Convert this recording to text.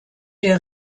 der